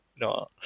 no